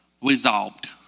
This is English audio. resolved